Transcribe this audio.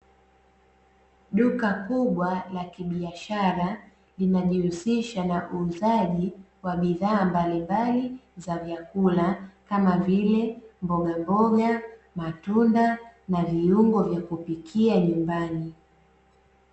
Duka kubwa la kibiashara linajihusisha na uuzaji wa bidhaa mbalimbali za vyakula kama vile: mbogamboga, matunda na viungo vya kupikia nyumbani.